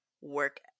work